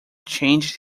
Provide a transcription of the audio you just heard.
changed